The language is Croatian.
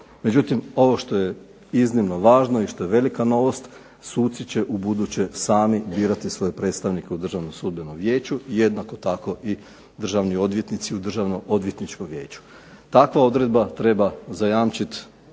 Međutim, ovo što je iznimno važno i što je velika novost suci će u buduće sami birati svoje predstavnike u Državnom sudbenom vijeću, jednako tako i državni odvjetnici u Državnom odvjetničkom vijeću. Takva odredba treba zajamčiti